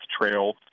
Trail